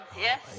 Yes